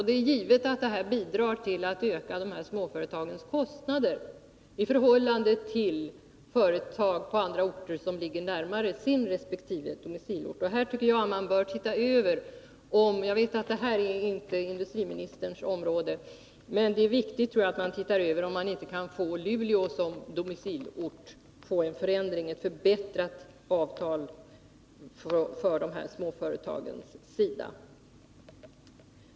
Det är givet att detta bidrar till att öka dessa småföretags kostnader i förhållande till företag på andra orter som ligger närmare sina resp. domicilorter. Jag vet att detta inte är industriministerns område, men jag anser att det är viktigt att man undersöker om inte Luleå Nr 38 kan bli domicilort i detta fall och om inte en ändring kan ske så att det blir ett bättre avtal för dessa småföretag.